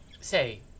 Say